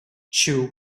two